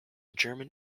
german